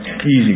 easy